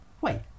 wait